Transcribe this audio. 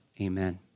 Amen